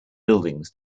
buildings